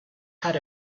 had